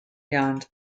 yawned